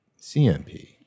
CMP